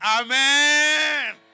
Amen